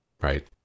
Right